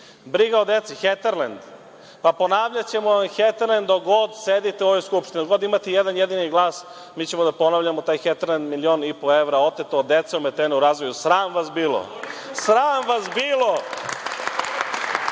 Briga o deci. Heterlend. Ponavljaćemo vam Heterlend dok god sedite u ovoj Skupštini. Dok god imate jedan jedini glas mi ćemo da ponavljamo taj Heterlend, 1,5 milion oteto od dece ometene u razvoju. Sram vas bilo! Sram vas bilo!